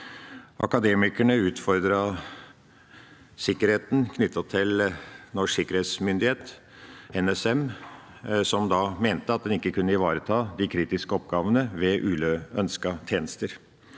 Akademikerne utfordret sikkerheten knyttet til Nasjonal sikkerhetsmyndighet, NSM, som da mente at en ikke kunne ivareta de kritiske oppgavene ved uønskede hendelser.